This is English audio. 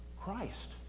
Christ